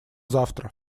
завтра